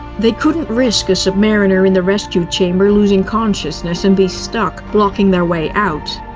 they couldn't risk a submariner in the rescue chamber losing consciousness and be stuck, blocking their way out.